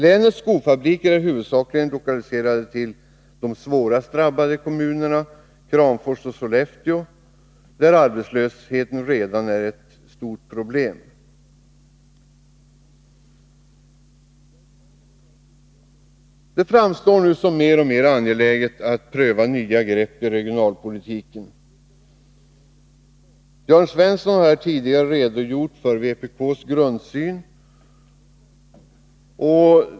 Länets skofabriker är huvudsakligen lokaliserade till de svårast drabbade kommunerna, Kramfors och Sollefteå, där arbetslösheten redan är ett stort problem. Det framstår nu som mer och mer angeläget att man prövar nya grepp i regionalpolitiken. Jörn Svensson har här tidigare redogjort för vpk:s grundsyn.